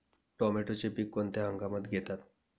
टोमॅटोचे पीक कोणत्या हंगामात घेतात?